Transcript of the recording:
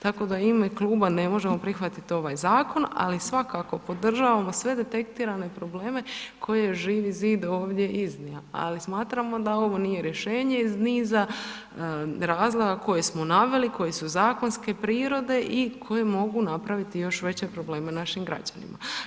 Tako da u ime kluba ne možemo prihvatiti ovaj zakon, ali podržavamo sve detektirane probleme koje Živi zid ovdje iznio, ali smatramo da ovo nije rješenje iz niza razloga koje smo naveli, koje su zakonske prirode i koje mogu napraviti još veće probleme našim građanima.